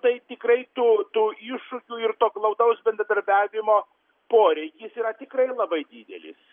tai tikrai tu tų iššūkių ir to glaudaus bendradarbiavimo poreikis yra tikrai labai didelis